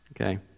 okay